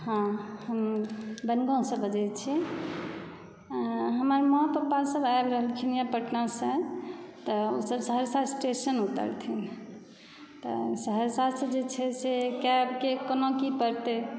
हँ हम बनगाँवसँ बजैत छियै हमर माँ पापासभ आबि रहलखिन यऽ पटनासँ तऽ ओसभ सहरसा स्टेशन उतरथिन तऽ सहरसासँ जे छै से कैबके कोना की पड़तै